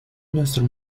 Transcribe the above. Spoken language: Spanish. nuestro